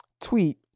Tweet